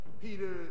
Peter